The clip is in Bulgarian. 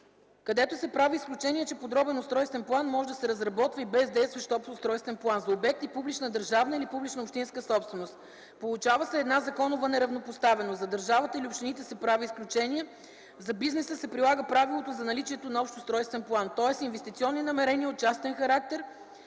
където се прави изключение, че подробен устройствен план може да се разработва и без действащ Общ устройствен план – за обекти публична държавна или публична общинска собственост. Получава се една законова неравнопоставеност – за държавата или общините се прави изключение, а за бизнеса се прилага правилото за наличието на Общ устройствен план, тоест инвестиционни намерения от частен характер